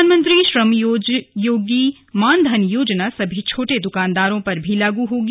प्रधानमंत्री श्रम योगी मानधन योजना सभी छोटे दुकानदारों पर भी लागू होगी